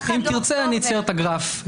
אם תרצה אני אצייר את הגרף.